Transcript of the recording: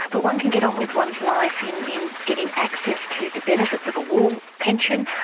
but one can get on with one's life in in getting access to the benefits of a war pension,